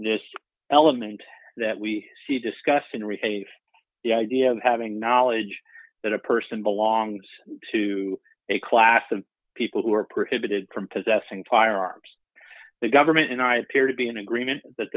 this element that we see discussed and resave the idea of having knowledge that a person belongs to a class of people who are prohibited from possessing firearms the government and i appear to be in agreement that